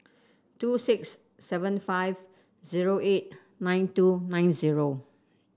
two six seven five zero eight nine two nine zero